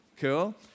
Cool